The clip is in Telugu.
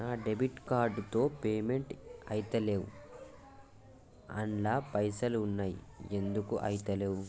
నా డెబిట్ కార్డ్ తో పేమెంట్ ఐతలేవ్ అండ్ల పైసల్ ఉన్నయి ఎందుకు ఐతలేవ్?